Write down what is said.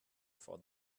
for